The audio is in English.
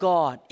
God